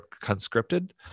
conscripted